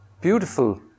beautiful